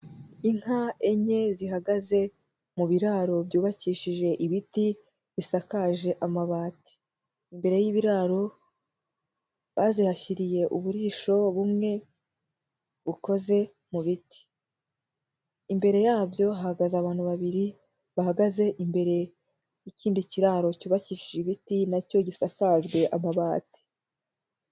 Inka enye zihagaze mu biraro byubakishije ibiti, bisakaje amabati. Imbere y'ibiraro bazihashyiriye uburisho bumwe bukozeze mu biti. Imbere yabyo hahagaze abantu babiri bahagaze imbere y'ikindi kiraro cyubakishije ibiti na cyo gisakajwe amabati.